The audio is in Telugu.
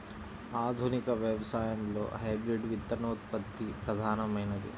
ఆధునిక వ్యవసాయంలో హైబ్రిడ్ విత్తనోత్పత్తి ప్రధానమైనది